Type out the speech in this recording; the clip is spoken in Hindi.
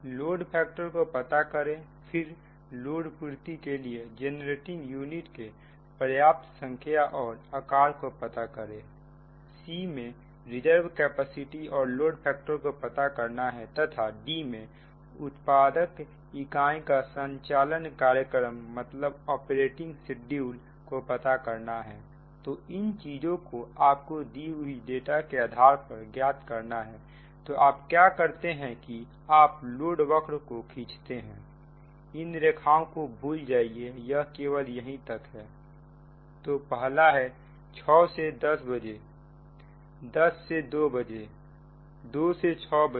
लोड फैक्टर को पता करें फिर लोड पूर्ति के लिए जेनरेटिंग यूनिट के पर्याप्त संख्या और आकार को पता करें में रिजर्व कैपेसिटी और लोड फैक्टर को पता करना है तथा मे उत्पादक इकाइयों का संचालन कार्यक्रम को पता करना है तो इन चीजों को आपको दी हुई डेटा के आधार पर ज्ञात करना है तो आप क्या करते हैं कि आप लोडवक्र को खींचते हैं इन रेखाओं को भूल जाए यह केवल यही तक है तो पहला है 600 से 1000 am 1000 से 200 pm 200 से 600 pm